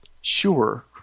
Sure